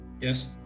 yes